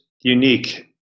Unique